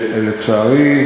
לצערי,